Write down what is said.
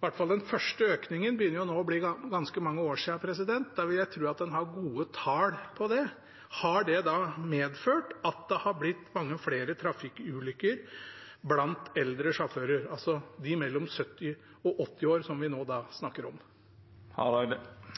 I hvert fall den første økningen begynner det nå å bli ganske mange år siden. Der vil jeg tro at en har gode tall. Har det medført at det har blitt mange flere trafikkulykker blant eldre sjåfører, altså de mellom 70 og 80 år, som vi nå snakker om?